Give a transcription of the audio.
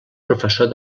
professor